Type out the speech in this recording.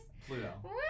Pluto